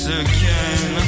again